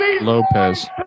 Lopez